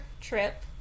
trip